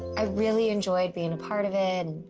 i really enjoyed being a part of it.